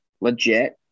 legit